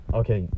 okay